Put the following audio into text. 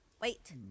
Wait